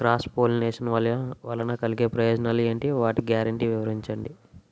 Cross pollination వలన కలిగే ప్రయోజనాలు ఎంటి? వాటి గ్యారంటీ వివరించండి?